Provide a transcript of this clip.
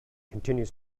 continues